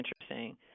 interesting